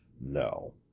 No